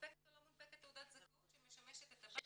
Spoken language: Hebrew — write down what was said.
ומונפקת או לא מונפקת תעודת זכאות שמשמשת את הבנק